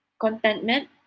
contentment